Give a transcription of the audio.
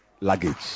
luggage